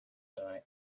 tonight